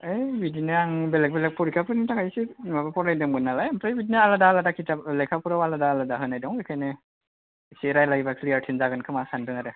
ऐ बिदिनो आं बेलेग बेलेग परिखाफोरनि थाखाय एसे माबा फरायदोंमोन नालाय ओमफ्राय बिदिनो आलादा आलादा किताब लेखाफोराव आलादा आलादा होनाय दं बेखायनो एसे रायलायबा क्लियारसिन जागोन खोमा सान्दों आरो